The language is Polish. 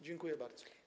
Dziękuję bardzo.